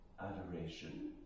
adoration